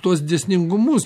tuos dėsningumus